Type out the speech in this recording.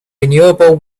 renewable